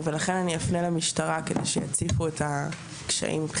לכן המשטרה תציף את הקשיים.